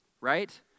right